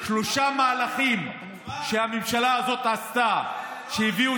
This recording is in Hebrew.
שלושה מהלכים שהממשלה הזאת עשתה שהביאו